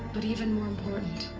but even more important.